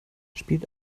spielt